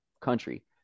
country